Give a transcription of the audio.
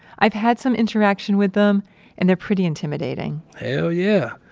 i've had some interaction with them and they're pretty intimidating hell yeah.